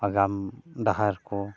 ᱟᱜᱟᱢ ᱰᱟᱦᱟᱨ ᱠᱚ